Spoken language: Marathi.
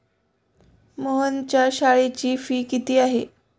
मोहनच्या शाळेची फी किती आहे?